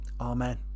Amen